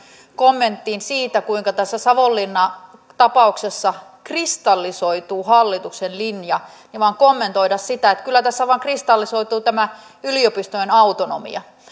kommenttiin siitä kuinka tässä savonlinna tapauksessa kristallisoituu hallituksen linja vain kommentoida että kyllä tässä vain kristallisoituu tämä yliopistojen autonomia